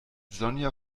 sonja